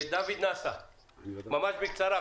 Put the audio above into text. דוד נאסה, ממש בקצרה.